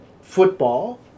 football